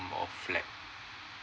of flat